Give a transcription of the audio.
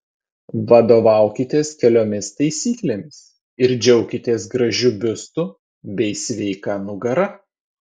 vadovaukitės keliomis taisyklėmis ir džiaukitės gražiu biustu bei sveika nugara